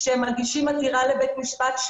כשהם מגישים עתירה לבית המשפט,